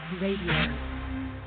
radio